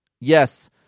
Yes